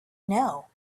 now